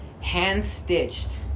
Hand-stitched